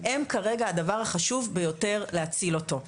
הם כרגע הדבר החשוב ביותר להציל אותו.